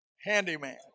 handyman